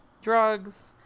drugs